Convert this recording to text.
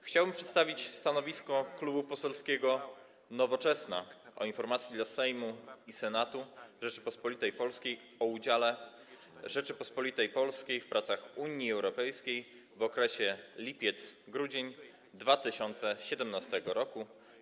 Chciałbym przedstawić stanowisko Klubu Poselskiego Nowoczesna wobec informacji dla Sejmu i Senatu Rzeczypospolitej Polskiej o udziale Rzeczypospolitej Polskiej w pracach Unii Europejskiej w okresie lipiec-grudzień 2017 r.